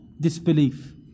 disbelief